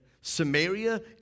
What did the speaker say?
Samaria